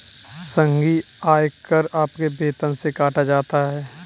संघीय आयकर आपके वेतन से काटा जाता हैं